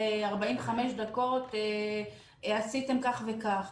45 דקות עשיתם כך וכך.